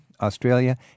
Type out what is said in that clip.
Australia